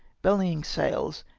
bellpng sails,